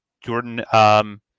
Jordan